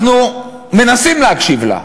אנחנו מנסים להקשיב לה,